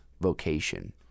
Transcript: vocation